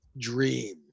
dream